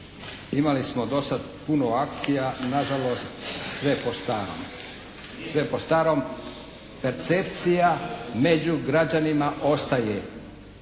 Imali smo do sad puno akcija, nažalost sve po starom. Sve po starom. Percepcija među građanima ostaje.